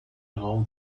raum